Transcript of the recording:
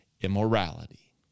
immorality